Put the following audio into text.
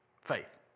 Faith